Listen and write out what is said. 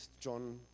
John